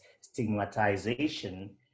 stigmatization